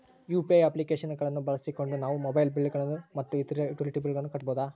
UPI application ಗಳನ್ನ ಬಳಸಿಕೊಂಡು ನಾವು ಮೊಬೈಲ್ ಬಿಲ್ ಗಳು ಮತ್ತು ಇತರ ಯುಟಿಲಿಟಿ ಬಿಲ್ ಗಳನ್ನ ಕಟ್ಟಬಹುದು